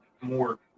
more